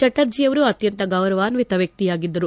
ಚಟರ್ಜಿಯವರು ಅತ್ಯಂತ ಗೌರವಾನ್ವಿತ ವ್ಯಕ್ತಿಯಾಗಿದ್ದರು